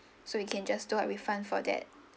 so we can just do a refund for that